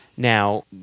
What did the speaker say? Now